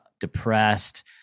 depressed